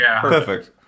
Perfect